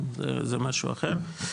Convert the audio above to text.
זה משהו אחר.